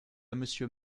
monsieur